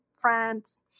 France